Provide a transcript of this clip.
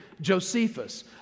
Josephus